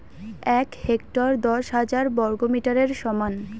এক হেক্টর দশ হাজার বর্গমিটারের সমান